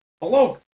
Hello